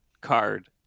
card